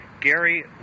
Gary